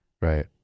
Right